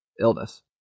illness